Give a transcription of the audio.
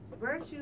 Virtue